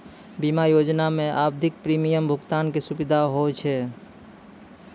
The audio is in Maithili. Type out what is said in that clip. बीमा योजना मे आवधिक प्रीमियम भुगतान के सुविधा होय छै